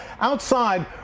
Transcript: Outside